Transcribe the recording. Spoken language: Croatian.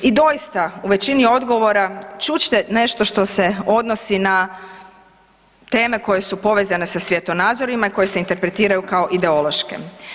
I doista u većini odgovora čut ćete nešto što se odnosi na teme koje su povezane sa svjetonazorima i koje se interpretiraju kao ideološke.